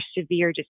severe